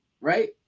right